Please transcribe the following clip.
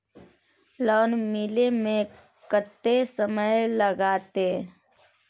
Loan मिले में कत्ते समय लागते?